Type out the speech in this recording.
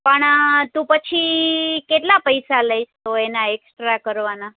પણ તું પછી કેટલા પૈસા લઈશ તો એના એકસ્ટ્રા કરવાના